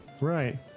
Right